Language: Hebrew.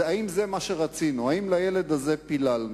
האם זה מה שרצינו, האם לילד הזה פיללנו?